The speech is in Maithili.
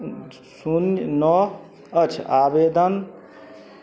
शून्य नओ अछि आवेदन